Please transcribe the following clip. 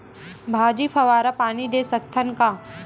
भाजी फवारा पानी दे सकथन का?